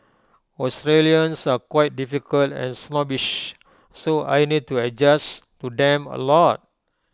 Australians are quite difficult and snobbish so I need to adjust to them A lot